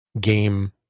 game